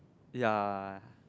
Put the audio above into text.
ya